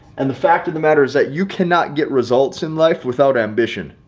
and the fact of the matter is that you cannot get results in life without ambition,